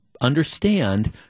understand